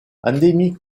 endémique